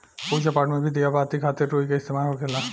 पूजा पाठ मे भी दिया बाती खातिर रुई के इस्तेमाल होखेला